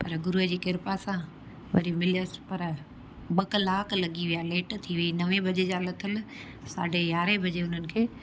पर गुरूअ जी कृपा सां वरी मिलियसि पर ॿ कलाक लॻी विया लेट थी वई नवे बजे जा लथल साढे यारहं बजे उन्हनि खे